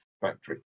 factory